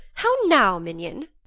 how now, minion!